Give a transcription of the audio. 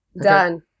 Done